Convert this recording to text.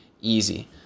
easy